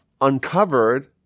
uncovered